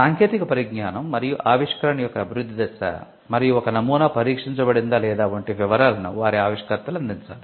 సాంకేతిక పరిజ్ఞానం మరియు ఆవిష్కరణ యొక్క అభివృద్ధి దశ మరియు ఒక నమూనా పరీక్షించబడిందా లేదా వంటి వివరాలను వారి ఆవిష్కర్తలు అందించాలి